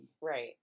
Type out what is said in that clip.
Right